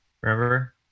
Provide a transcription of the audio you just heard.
Remember